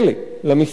למסתננים,